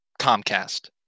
Comcast